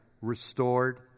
restored